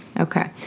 Okay